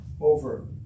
over